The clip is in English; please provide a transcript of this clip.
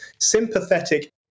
sympathetic